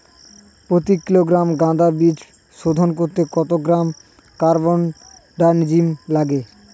প্রতি কিলোগ্রাম গাঁদা বীজ শোধন করতে কত গ্রাম কারবানডাজিম লাগে?